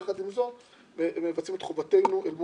יחד עם זאת מבצעים את חובתנו אל מול,